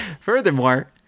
Furthermore